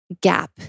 gap